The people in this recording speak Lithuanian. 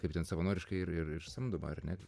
kaip ten savanoriška ir ir ir samdoma ar ne